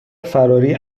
فراری